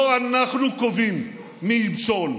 לא אנחנו קובעים מי ימשול.